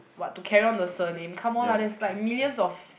what to carry on the surname come on lah that's like millions of